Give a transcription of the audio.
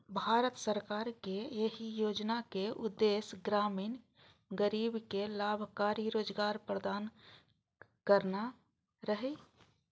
भारत सरकार के एहि योजनाक उद्देश्य ग्रामीण गरीब कें लाभकारी रोजगार प्रदान करना रहै